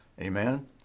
Amen